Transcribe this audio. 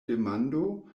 demando